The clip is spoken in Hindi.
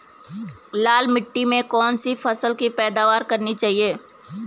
लाल मिट्टी में कौन सी फसल की पैदावार करनी चाहिए?